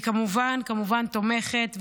אני כמובן תומכת,